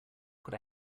could